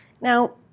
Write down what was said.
Now